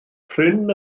prin